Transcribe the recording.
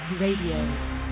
RADIO